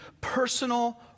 personal